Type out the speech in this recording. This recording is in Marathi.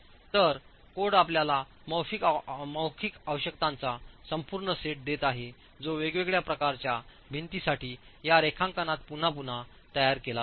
तर कोड आपल्याला मौखिक आवश्यकतांचा संपूर्ण सेट देते जो वेगवेगळ्या प्रकारच्या भिंतींसाठी या रेखांकनात पुन्हा पुन्हा तयार केला जातो